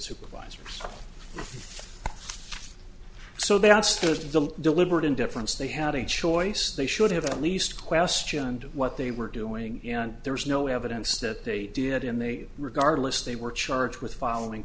outsourced the deliberate indifference they had a choice they should have at least questioned what they were doing and there was no evidence that they did in the regardless they were charged with following